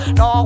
no